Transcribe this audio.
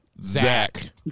Zach